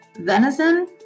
venison